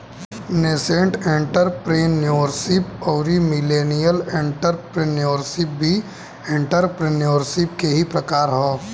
nascent entrepreneurship अउरी millennial entrepreneurship भी entrepreneurship के ही प्रकार ह